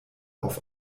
auf